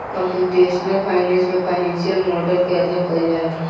computational finance में financial model के अध्ययन कईल जाला